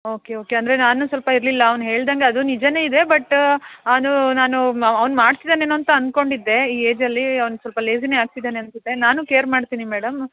okay okay ಅಂದರೆ ನಾನು ಸ್ವಲ್ಪ ಇರ್ಲಿಲ್ಲ ಅವ್ನು ಹೇಳ್ದಂಗೆ ಅದು ನಿಜವೇ ಇದೆ ಬಟ್ ಅವನು ನಾನು ಮ ಅವ್ನು ಮಾಡ್ತಿದ್ದಾನೇನೋ ಅಂತ ಅಂದ್ಕೊಂಡಿದ್ದೆ ಈ ಏಜಲ್ಲಿ ಅವ್ನು ಸ್ವಲ್ಪ ಲೇಸಿನೆ ಆಗ್ತಿದ್ದಾನೆ ಅನಿಸುತ್ತೆ ನಾನು ಕೇರ್ ಮಾಡ್ತೀನಿ ಮೇಡಂ